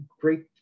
great